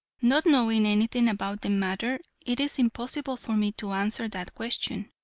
not knowing anything about the matter it is impossible for me to answer that question,